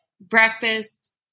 breakfast